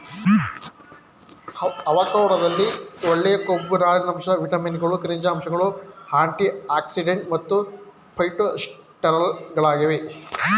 ಅವಕಾಡೊದಲ್ಲಿ ಒಳ್ಳೆಯ ಕೊಬ್ಬು ನಾರಿನಾಂಶ ವಿಟಮಿನ್ಗಳು ಖನಿಜಾಂಶಗಳು ಆಂಟಿಆಕ್ಸಿಡೆಂಟ್ ಮತ್ತು ಫೈಟೊಸ್ಟೆರಾಲ್ಗಳಿವೆ